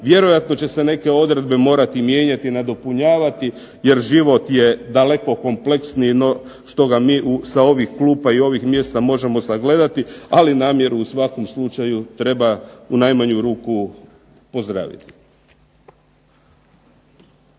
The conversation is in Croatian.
Vjerojatno će se neke odredbe morati mijenjati, nadopunjavati jer život je daleko kompleksniji no što ga mi sa mjesta ovih klupa i ovih mjesta možemo sagledati, ali namjeru u svakom slučaju treba u najmanju ruku pozdraviti.